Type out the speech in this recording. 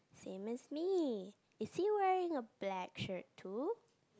same as me is he wearing a black shirt too